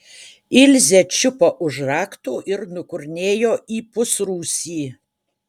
ilzė čiupo už raktų ir nukurnėjo į pusrūsį